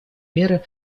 меры